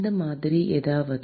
இந்த மாதிரி ஏதாவது